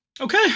Okay